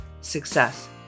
success